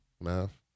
Math